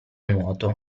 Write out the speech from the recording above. nuoto